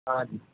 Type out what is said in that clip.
ਹਾਂਜੀ